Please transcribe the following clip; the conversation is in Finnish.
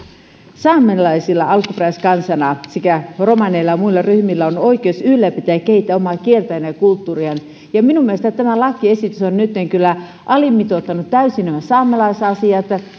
saamelaisilla alkuperäiskansana sekä romaneilla ja muilla ryhmillä on oikeus ylläpitää ja kehittää omaa kieltään ja kulttuuriaan ja minun mielestäni tässä lakiesityksessä on nytten kyllä alimitoitettu täysin saamelaisasiat